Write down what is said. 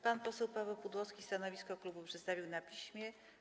Pan poseł Paweł Pudłowski stanowisko klubu przedstawił na piśmie.